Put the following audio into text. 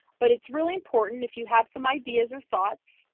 but it's really important, if you have some ideas or thoughts,